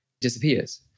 disappears